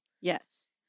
Yes